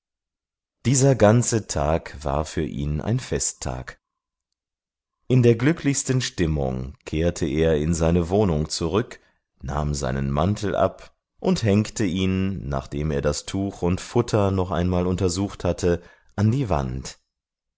dieser ganze tag war für ihn ein festtag in der glücklichsten stimmung kehrte er in seine wohnung zurück nahm seinen mantel ab und hängte ihn nachdem er das tuch und futter noch einmal untersucht hatte an die wand